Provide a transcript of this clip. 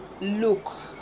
look